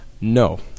No